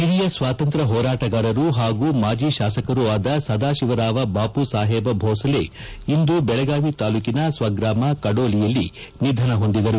ಹಿರಿಯ ಸ್ವಾತಂತ್ರ್ಯ ಹೋರಾಟಗಾರರು ಹಾಗೂ ಮಾಜಿ ಶಾಸಕರು ಆದ ಸದಾಶಿವರಾವ ಬಾಪುಸಾಹೇಬ ಭೋಸಲೆ ಅವರು ಇಂದು ಬೆಳಗಾವಿ ತಾಲ್ಲೂಕಿನ ಸ್ವಗ್ರಾಮ ಕಡೋಲಿಯಲ್ಲಿ ನಿಧನರಾದರು